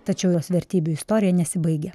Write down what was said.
tačiau jos vertybių istorija nesibaigia